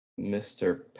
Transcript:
Mr